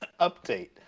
Update